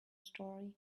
story